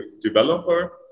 developer